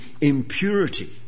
impurity